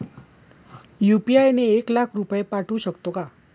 UPI ने एक लाख रुपये पाठवू शकतो का?